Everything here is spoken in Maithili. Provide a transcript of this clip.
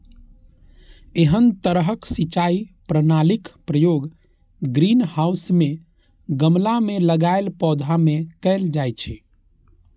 एहन तरहक सिंचाई प्रणालीक प्रयोग ग्रीनहाउस मे गमला मे लगाएल पौधा मे कैल जाइ छै